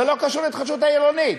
זה לא קשור להתחדשות העירונית.